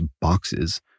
boxes